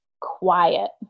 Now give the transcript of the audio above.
quiet